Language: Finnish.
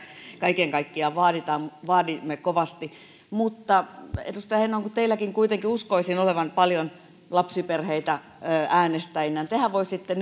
kaiken kaikkiaan vaadimme vaadimme kovasti mutta edustaja heinonen kun teilläkin kuitenkin uskoisin olevan paljon lapsiperheitä äänestäjinä tehän voisitte